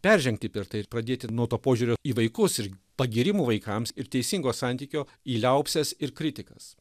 peržengti per tai ir pradėti nuo to požiūrio į vaikus ir pagyrimų vaikams ir teisingo santykio į liaupses ir kritikas